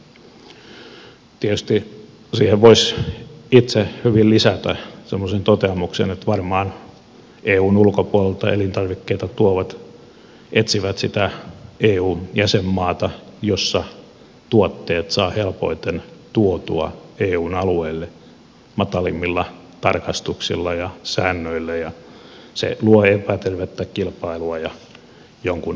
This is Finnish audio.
tietysti siihen voisi itse hyvin lisätä semmoisen toteamuksen että varmaan eun ulkopuolelta elintarvikkeita tuovat etsivät sitä eun jäsenmaata jossa tuotteet saa helpoiten tuotua eun alueelle matalammilla tarkastuksilla ja säännöillä ja se luo epätervettä kilpailua ja jonkunasteista harmaatuontia